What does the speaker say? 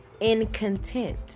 incontent